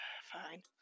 fine